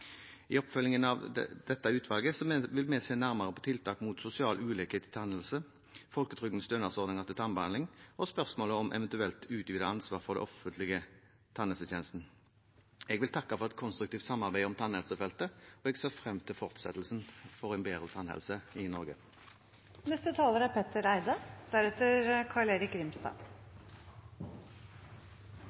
I oppfølgingen av dette utvalget vil vi se nærmere på tiltak mot sosial ulikhet i tannhelse, folketrygdens stønadsordninger til tannbehandling og spørsmålet om eventuelt å utvide ansvaret for den offentlige tannhelsetjenesten. Jeg vil takke for et konstruktivt samarbeid om tannhelsefeltet, og jeg ser frem til fortsettelsen for en bedre tannhelse i Norge. Dette er